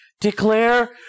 declare